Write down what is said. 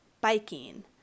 biking